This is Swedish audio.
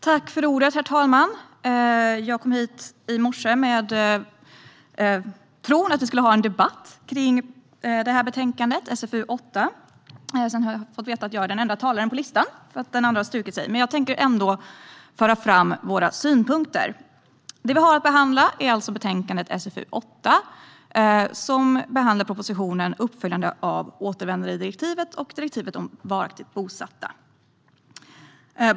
Herr talman! Jag kom hit i morse i tron att vi skulle ha en debatt om betänkande SfU8, men jag har fått veta att jag är den enda talaren på listan därför att den andra har strukit sig. Jag tänker ändå föra fram våra synpunkter. Det vi har att behandla är alltså betänkande SfU8, som gäller propositionen om uppföljning av återvändandedirektivet och direktivet om varaktigt bosatta.